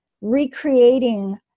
recreating